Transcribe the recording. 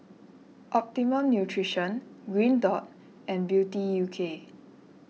Optimum Nutrition Green Dot and Beauty U K